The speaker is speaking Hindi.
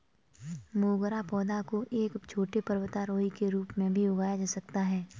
मोगरा पौधा को एक छोटे पर्वतारोही के रूप में भी उगाया जा सकता है